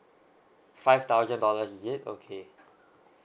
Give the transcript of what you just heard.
five thousand dollars is it okay